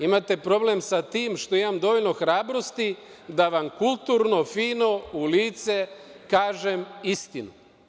Imate problem sa tim što imam dovoljno hrabrosti da vam kulturno, fino u lice kažem istinu.